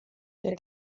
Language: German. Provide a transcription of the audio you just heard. der